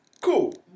Cool